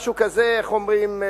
משהו כזה, איך אומרים?